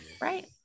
right